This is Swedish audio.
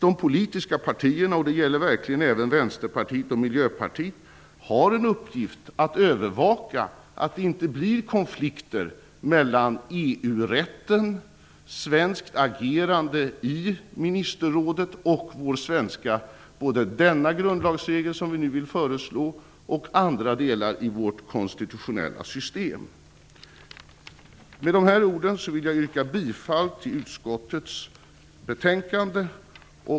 De politiska partierna, och det gäller verkligen även Vänsterpartiet och Miljöpartiet, har en uppgift att övervaka att det inte blir konflikter mellan EU rätten, svenskt agerande i Ministerrådet och såväl vår svenska grundlagsregel som vi nu vill föreslå och andra delar i vårt konstitutionella system. Med dessa ord vill jag yrka bifall till utskottets hemställan.